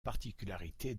particularité